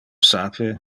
sape